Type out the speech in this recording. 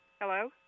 hello